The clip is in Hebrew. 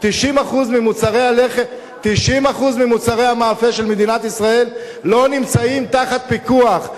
90% ממוצרי המאפה של מדינת ישראל לא נמצאים תחת פיקוח.